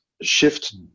shift